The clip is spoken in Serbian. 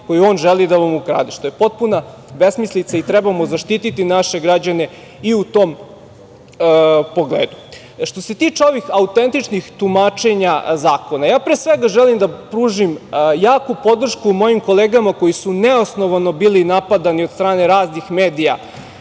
koju on želi da vam ukrade, što je potpuna besmislica i trebamo zaštiti naše građane i u tom pogledu. Što se tiče ovih autentičnih tumačenja zakona, pre svega želim da pružim jaku podršku mojim kolegama koji su neosnovano bili napadani od strane raznih medija